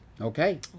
Okay